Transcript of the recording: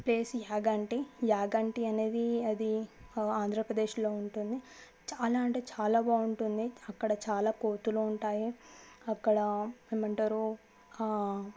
place Yaganti Yaganti అనేది అది ఆంధ్రప్రదేశ్లో ఉంటుంది చాలా అంటే చాలా బాగుంటుంది అక్కడ చాలా కోతులు ఉంటాయి అక్కడ ఏమంటారు